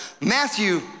Matthew